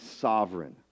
sovereign